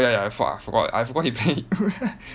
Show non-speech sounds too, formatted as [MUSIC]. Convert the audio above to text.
ya ya fuck I forgot I forgot he playing [LAUGHS]